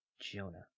Jonah